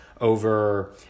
over